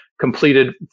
completed